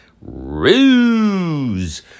ruse